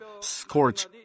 scorch